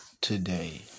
today